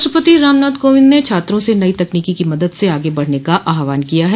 राष्ट्रपति रामनाथ कोविंद ने छात्रों से नई तकनीक की मदद से आगे बढ़ने का आहवान किया है